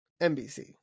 NBC